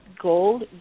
gold